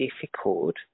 difficult